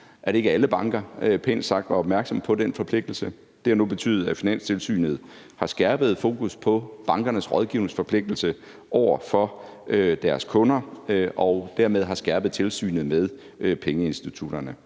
at ikke alle banker – pænt sagt – var opmærksomme på den forpligtelse. Det har nu betydet, at Finanstilsynet har skærpet fokus på bankernes rådgivningsforpligtelse over for deres kunder og dermed har skærpet tilsynet med pengeinstitutterne.